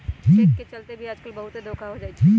cheque के चलते भी आजकल बहुते धोखा हो जाई छई